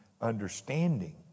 understanding